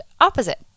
opposite